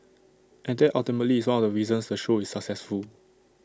and that ultimately is one of the reasons the show is successful